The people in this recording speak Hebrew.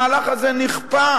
המהלך הזה נכפה.